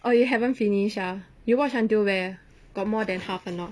orh you haven't finish ah you watch until wehere got more than half a not